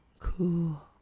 cool